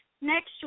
next